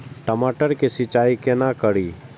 टमाटर की सीचाई केना करी?